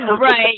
Right